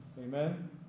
amen